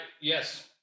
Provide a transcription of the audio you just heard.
yes